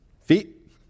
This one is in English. feet